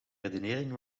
redenering